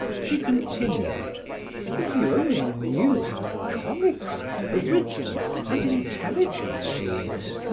she continued if you only knew how comical, original, and intelligent she is!